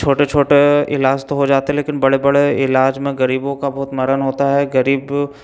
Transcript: छोटे छोटे इलाज तो हो जाते हैं लेकिन बड़े बड़े इलाज़ में गरीबों का बहुत मरण होता है गरीब